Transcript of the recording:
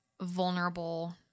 vulnerable